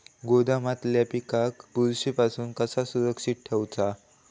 गोदामातल्या पिकाक बुरशी पासून कसा सुरक्षित ठेऊचा?